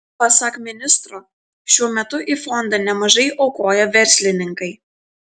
pasak ministro šiuo metu į fondą nemažai aukoja verslininkai